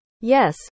Yes